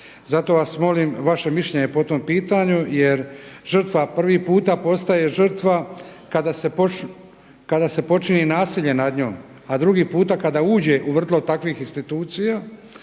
Zato vas molim vaše mišljenje po tom pitanju jer žrtva prvi puta postaje žrtva kada se počini nasilje nad njom, a drugi puta kada uđe u vrtlog takvih institucija